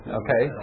okay